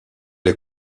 est